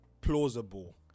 plausible